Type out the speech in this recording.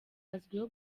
azwiho